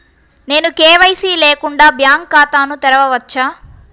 నేను కే.వై.సి లేకుండా బ్యాంక్ ఖాతాను తెరవవచ్చా?